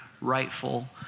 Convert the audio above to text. rightful